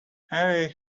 harry